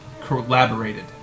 collaborated